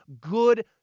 good